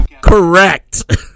Correct